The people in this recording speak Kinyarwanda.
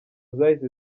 zahise